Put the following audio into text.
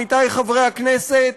עמיתי חברי הכנסת,